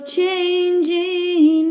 changing